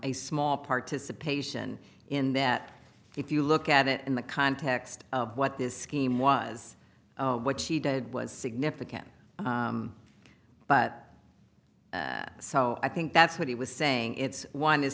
a small participation in that if you look at it in the context of what this scheme was what she did was significant but so i think that's what he was saying it's one is